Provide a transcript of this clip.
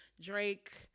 Drake